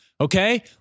Okay